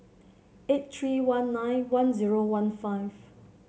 eight three one nine one zero one five